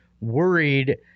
worried